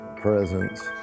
presence